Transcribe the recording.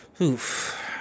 oof